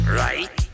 right